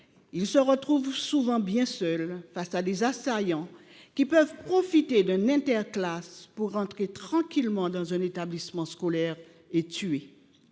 se retrouvent souvent bien seuls, face à des assaillants qui peuvent profiter d’un interclasse pour entrer tranquillement dans un établissement scolaire et tuer.